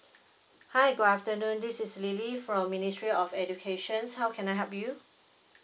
hi good afternoon this is lily from ministry of educations how can I help you